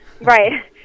right